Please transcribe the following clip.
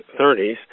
30s